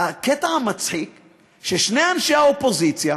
והקטע המצחיק הוא ששני אנשי האופוזיציה,